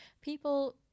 people